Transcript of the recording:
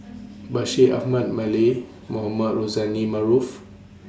Bashir Ahmad Mallal Mohamed Rozani Maarof